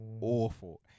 awful